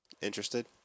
Interested